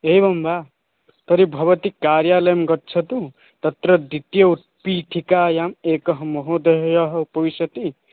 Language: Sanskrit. एवं वा तर्हि भवती कार्यालयं गच्छतु तत्र द्वितीय उत्पीठिकायाम् एकः महोदयः उपविशति